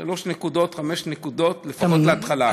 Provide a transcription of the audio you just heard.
שלוש נקודות, חמש נקודות, לפחות להתחלה.